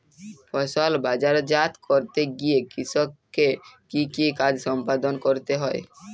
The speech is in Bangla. ফসল বাজারজাত করতে গিয়ে কৃষককে কি কি কাজ সম্পাদন করতে হয়?